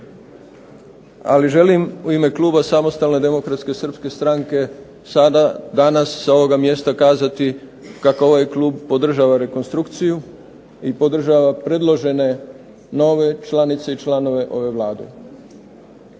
Ali želim u ime kluba SSDS-a sada, danas sa ovoga mjesta kazati kako ovaj klub podržava rekonstrukciju i podržava predložene nove članove i članice ove Vlade.